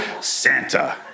Santa